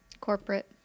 Corporate